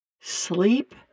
sleep